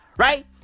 Right